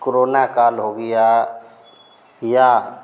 corona काल हो गया या